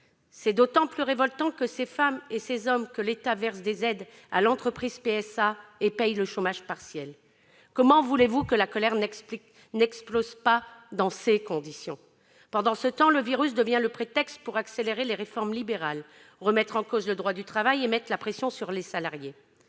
est d'autant plus révoltante pour ces femmes et ces hommes que l'État verse des aides à PSA et paye le chômage partiel. Comment voulez-vous que la colère n'explose pas dans ces conditions ? Le virus devient le prétexte pour accélérer les réformes libérales, pour remettre en cause le droit du travail et pour mettre la pression sur les salariés.